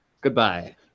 Goodbye